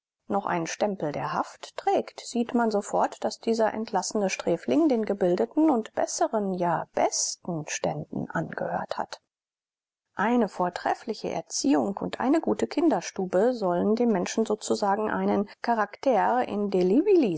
noch einen stempel der haft trägt sieht man sofort daß dieser entlassene sträfling den gebildeten und besseren ja besten ständen angehört hat eine vortreffliche erziehung und eine gute kinderstube sollen dem menschen sozusagen einen character indelebilis